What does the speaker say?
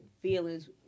feelings